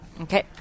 Okay